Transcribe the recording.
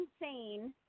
insane